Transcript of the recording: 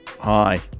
Hi